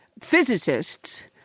physicists